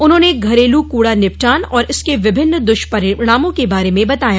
उन्होंने घरेल कूड़ा निपटान और इसके विभिन्न दुष्परिणामों के बारे में बताया